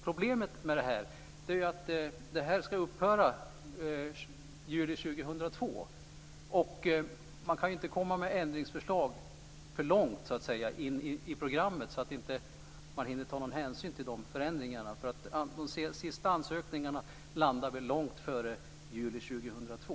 Problemet med detta är att det ska upphöra i juli 2002. Man kan inte komma med ändringsförslag för långt in i programmet. Då hinner man inte ta någon hänsyn till de förändringarna. De sista ansökningarna landar väl långt före juli 2002.